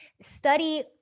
study